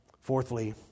Fourthly